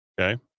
Okay